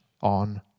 on